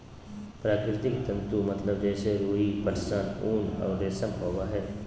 प्राकृतिक तंतु मतलब जैसे रुई, पटसन, ऊन और रेशम होबो हइ